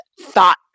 thought